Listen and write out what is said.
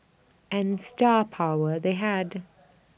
and star power they had